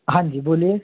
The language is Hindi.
हाँ जी बोलिए